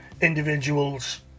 individuals